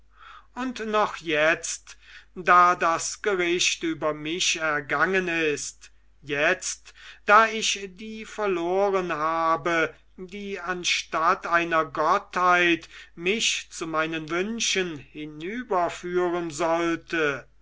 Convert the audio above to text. und noch jetzt da das gericht über mich ergangen ist jetzt da ich die verloren habe die anstatt einer gottheit mich zu meinen wünschen hinüberführen sollte